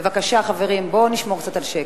בבקשה, חברים, בואו נשמור קצת על שקט.